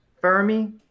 Fermi